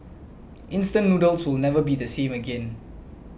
instant noodles will never be the same again